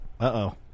Uh-oh